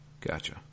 Gotcha